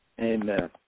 Amen